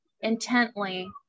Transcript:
intently